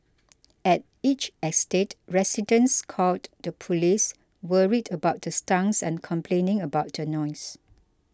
at each estate residents called the police worried about the stunts and complaining about the noise